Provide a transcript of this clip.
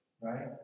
right